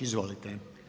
Izvolite.